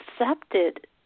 accepted